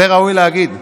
את זה ראוי להגיד.